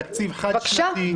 תקציב חד-שנתי -- בבקשה,